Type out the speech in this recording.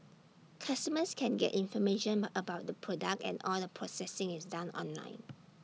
customers can get information but about the product and all the processing is done online